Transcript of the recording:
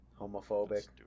homophobic